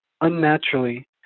unnaturally